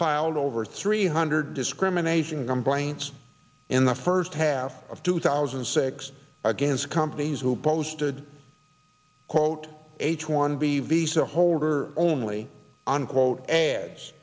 filed over three hundred discrimination complaints in the first half of two thousand and six against companies who boasted quote h one b visa holder only unquote ads